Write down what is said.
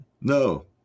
No